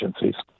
agencies